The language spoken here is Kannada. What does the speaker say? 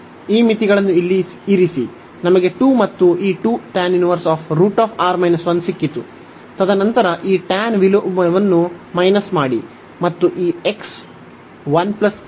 ಈ ಮಿತಿಗಳನ್ನು ಈಗ ಇಲ್ಲಿ ಇರಿಸಿ ನಮಗೆ 2 ಮತ್ತು ಈ ಸಿಕ್ಕಿತು ತದನಂತರ ಈ tan ವಿಲೋಮವನ್ನು ಮೈನಸ್ ಮಾಡಿ ಮತ್ತು ಈ x ನಿಂದ ಬದಲಾಯಿಸಲಾಗುತ್ತದೆ